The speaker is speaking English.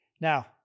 Now